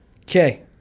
Okay